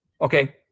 Okay